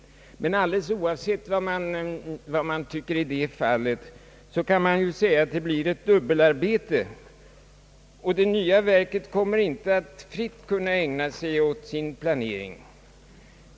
Men alldeles oavsett vad man tycker i detta avseende kan man ju konstatera, att det blir ett dubbelarbete. Det nya verket kommer inte heller att fritt kunna ägna sig åt sin planering.